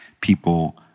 people